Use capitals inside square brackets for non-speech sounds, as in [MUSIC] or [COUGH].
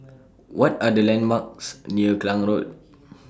[NOISE] What Are The landmarks near Klang Road [NOISE]